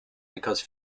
because